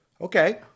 Okay